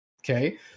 Okay